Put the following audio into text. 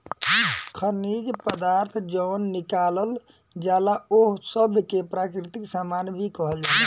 खनिज पदार्थ जवन निकालल जाला ओह सब के प्राकृतिक सामान भी कहल जाला